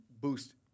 boost